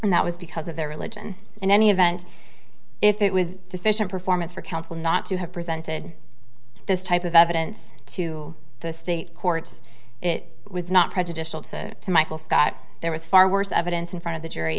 and that was because of their religion in any event if it was deficient performance for counsel not to have presented this type of evidence to the state courts it was not prejudicial to michael scott there was far worse evidence in front of the jury